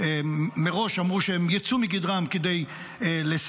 מראש אמרו שהם ייצאו מגדרם כדי לסייע.